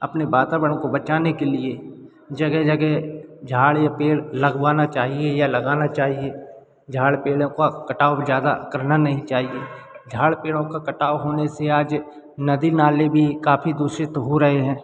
अपने वातावरण को बचाने के लिए जगह जगह झाड़ या पेड़ लगवाना चाहिए या लगाना चाहिए झाड़ पेड़ों का कटाव ज़्यादा करना नहीं चाहिए झाड़ पेड़ों का कटाव होने से आज नदी नाले भी काफ़ी दूषित हो रहे हैं